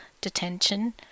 Detention